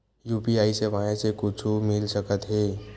UPI सेवाएं से कुछु मिल सकत हे?